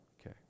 Okay